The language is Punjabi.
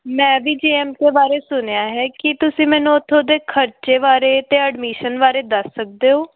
ਮੈਂ ਵੀ ਜੇ ਐੱਮ ਕੇ ਬਾਰੇ ਸੁਣਿਆ ਹੈ ਕੀ ਤੁਸੀਂ ਮੈਨੂੰ ਉੱਥੋਂ ਦੇ ਖਰਚੇ ਬਾਰੇ ਅਤੇ ਐਡਮਿਸ਼ਨ ਬਾਰੇ ਦੱਸ ਸਕਦੇ ਹੋ